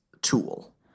tool